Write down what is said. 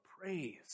praise